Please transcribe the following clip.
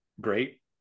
great